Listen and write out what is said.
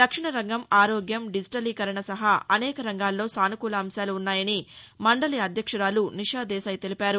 రక్షణరంగం ఆరోగ్యం డిజిటలీకరణ సహా అనేక రంగాల్లో సాసుకూలాంశాలు ఉన్నాయని మండలి అధ్యక్షురాలు నిషాదేశాయ్ తెలిపారు